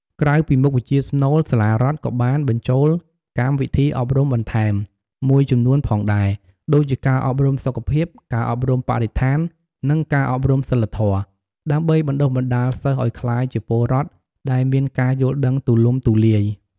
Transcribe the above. ក្រៅពីមុខវិជ្ជាស្នូល សាលារដ្ឋក៏បាន បញ្ចូលកម្មវិធីអប់រំបន្ថែម មួយចំនួនផងដែរ ដូចជាការអប់រំសុខភាព ការអប់រំបរិស្ថាន និងការអប់រំសីលធម៌ ដើម្បីបណ្តុះបណ្តាលសិស្សឱ្យក្លាយជាពលរដ្ឋដែលមានការយល់ដឹងទូលំទូលាយ។